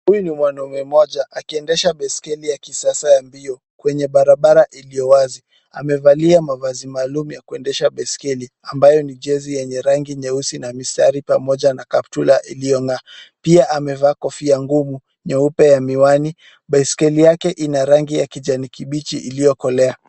Huyu ni mwanaume mmoja akiendesha baiskeli ya kisasa ya mbio kwenye barabara iliyo wazi. Amevalia mavazi maalum ya kuendesha baiskeli ambayo ni jezi yenye rangi nyeusi na mistari pamoja na kaptura iliyong'aa. Pia amevaa kofia ngumu nyeupe ya miwani. Baiskeli yake ina rangi ya kijani kibichi iliyokolea.